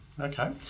Okay